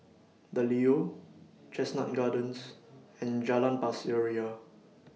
The Leo Chestnut Gardens and Jalan Pasir Ria